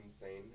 insane